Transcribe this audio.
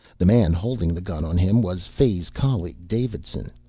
the man holding the gun on him was fay's colleague davidson.